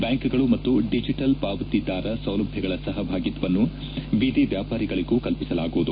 ಬ್ಯಾಂಕ್ಗಳು ಮತ್ತು ಡಿಜಿಟಲ್ ಪಾವತಿದಾರ ಸೌಲಭ್ಯಗಳ ಸಹಭಾಗಿತ್ವವನ್ನು ಬೀದಿ ವ್ಯಾಪಾರಿಗಳಿಗೂ ಕಲ್ಪಿಸಲಾಗುವುದು